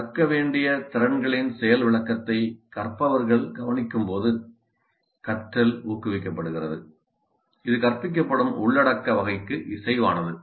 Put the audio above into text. கற்க வேண்டிய திறன்களின் செயல் விளக்கத்தை கற்பவர்கள் கவனிக்கும்போது கற்றல் ஊக்குவிக்கப்படுகிறது இது கற்பிக்கப்படும் உள்ளடக்க வகைக்கு இசைவானது